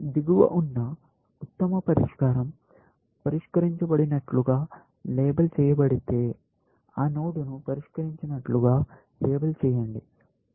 దిగువ ఉన్న ఉత్తమ పరిష్కారం పరిష్కరించబడినట్లుగా లేబుల్ చేయబడితే ఆ నోడ్ను పరిష్కరించినట్లుగా లేబుల్ చేయండి